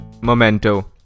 Memento